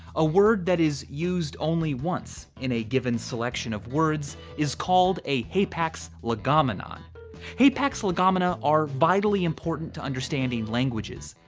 a word that is used only once in a given selection of words is called a hapax legomenon hapax legomena are vitally important to understanding languages.